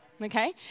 Okay